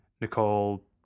nicole